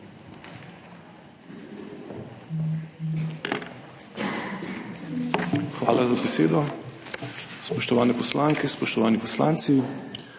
Hvala za besedo. Spoštovane poslanke, spoštovani poslanci!